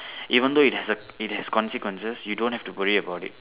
even though it has a it has consequences you don't have to worry about it